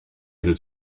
этот